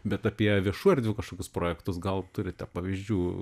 bet apie viešų erdvių kažkokius projektus gal turite pavyzdžių